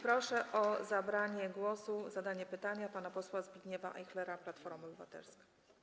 Proszę o zabranie głosu, zadanie pytania pana posła Zbigniewa Ajchlera, Platforma Obywatelska.